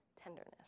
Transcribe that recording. tenderness